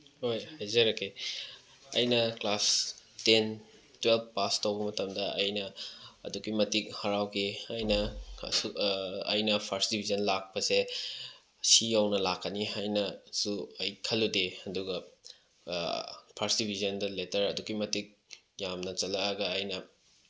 ꯍꯣꯏ ꯍꯥꯏꯖꯔꯛꯀꯦ ꯑꯩꯅ ꯀ꯭ꯂꯥꯁ ꯇꯦꯟ ꯇ꯭ꯋꯦꯜꯐ ꯄꯥꯁ ꯇꯧꯕ ꯃꯇꯝꯗ ꯑꯩꯅ ꯑꯗꯨꯛꯀꯤ ꯃꯇꯤꯛ ꯍꯔꯥꯎꯈꯤ ꯑꯩꯅ ꯑꯁꯨꯛ ꯑꯩꯅ ꯐꯥꯔꯁ ꯗꯤꯕꯤꯖꯟ ꯂꯥꯛꯄꯁꯦ ꯁꯤ ꯌꯧꯅ ꯂꯥꯛꯀꯅꯤ ꯍꯥꯏꯅꯁꯨ ꯑꯩ ꯈꯜꯂꯨꯗꯦ ꯑꯗꯨꯒ ꯐꯥꯔꯁ ꯗꯤꯕꯤꯖꯟꯗ ꯂꯦꯇꯔ ꯑꯗꯨꯛꯀꯤ ꯃꯇꯤꯛ ꯌꯥꯝ ꯆꯠꯂꯛꯑꯒ ꯑꯩꯅ